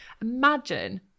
imagine